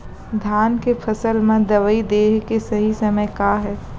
धान के फसल मा दवई देहे के सही समय का हे?